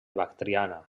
bactriana